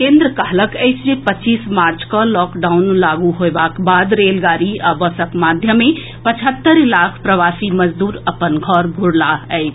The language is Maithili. केंद्र कहलक अछि जे पच्चीस मार्च कऽ लॉकडाउन लागू होएबाक बाद रेलगाड़ी आ बसक माध्यमे पचहत्तरि लाख प्रवासी मजदूर अपन घर घूरलाह अछि